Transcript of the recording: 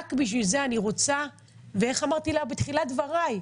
איך אמרתי לה בתחילת דבריי?